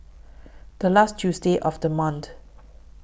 The last Tuesday of The month